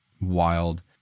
wild